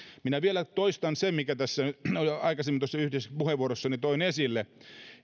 minä vielä toistan sen minkä tässä jo aikaisemmin yhdessä puheenvuorossani toin esille